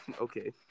okay